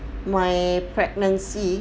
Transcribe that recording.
my pregnancy